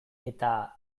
eta